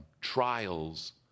trials